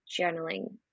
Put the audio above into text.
journaling